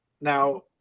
now